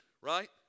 right